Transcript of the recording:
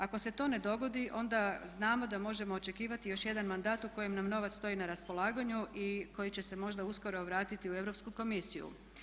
Ako se to ne dogodi onda znamo da možemo očekivati još jedan mandat u kojem nam novac stoji na raspolaganju i koji će se možda uskoro vratiti u Europsku komisiju.